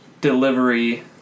delivery